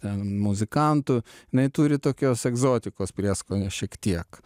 ten muzikantų jinai turi tokios egzotikos prieskonio šiek tiek